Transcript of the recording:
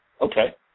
Okay